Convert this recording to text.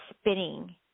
spinning